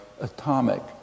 atomic